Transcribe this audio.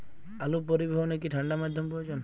আলু পরিবহনে কি ঠাণ্ডা মাধ্যম প্রয়োজন?